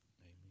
Amen